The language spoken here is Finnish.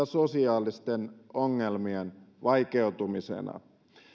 sosiaalisten ongelmien vaikeutumisena